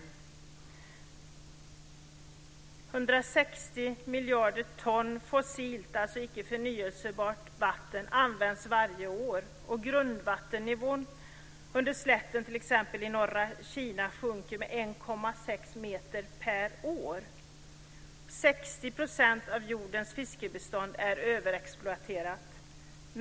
160 miljarder ton fossilt, alltså icke förnyelsebart, vatten används varje år, och grundvattennivån, t.ex. under slätten i norra Kina, sjunker med 1,6 meter per år. 60 % av jordens fiskebestånd är överexploaterat.